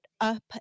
up